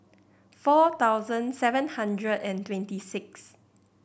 four thousand seven hundred and twenty sixth